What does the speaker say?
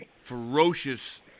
ferocious